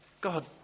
God